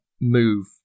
move